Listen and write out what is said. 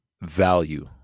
value